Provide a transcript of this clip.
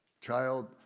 Child